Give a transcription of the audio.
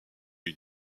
une